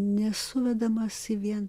nesuvedamas į vien